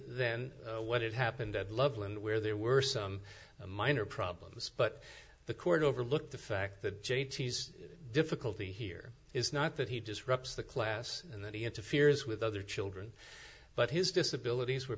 then what had happened at loveland where there were some minor problems but the court overlooked the fact that j t s difficulty here is not that he disrupts the class and that he interferes with other children but his disabilities were